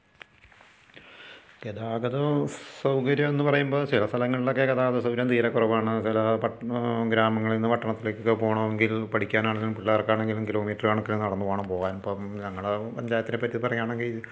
ഗതാഗത സൗകര്യം എന്ന് പറയുമ്പം ചില സ്ഥലങ്ങളിലൊക്കെ ഗതാഗത സൗകര്യം തീരെ കുറവാണ് ചില ഗ്രാമങ്ങളിൽ നിന്ന് പട്ടണത്തിലേക്കു പോകണമെങ്കിൽ പഠിക്കാനാണെങ്കിലും പിള്ളേർക്കാണെങ്കിലും കിലോമീറ്റ്ർ കണക്കിന് നടന്ന് വേണം പോകാൻ ഞങ്ങളുടെ പഞ്ചായത്തിനെപ്പറ്റി പറയുകയാണെങ്കിൽ